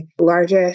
largest